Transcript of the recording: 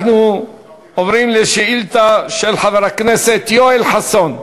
אנחנו עוברים לשאילתה של חבר הכנסת יואל חסון,